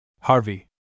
Harvey